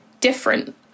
different